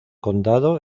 condado